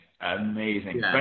amazing